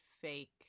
fake